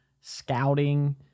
scouting